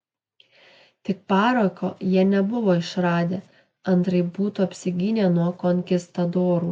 tik parako jie nebuvo išradę antraip būtų apsigynę nuo konkistadorų